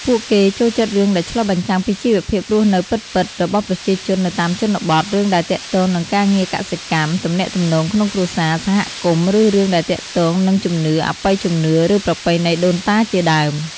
ពួកគេចូលចិត្តរឿងដែលឆ្លុះបញ្ចាំងពីជីវភាពរស់នៅពិតៗ របស់ប្រជាជននៅតាមជនបទ រឿងដែលទាក់ទងនឹងការងារកសិកម្ម ទំនាក់ទំនងក្នុងគ្រួសារ សហគមន៍ ឬរឿងដែលទាក់ទងនឹងជំនឿ អបិយជំនឿ ឬប្រពៃណីដូនតាជាដើម។